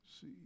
see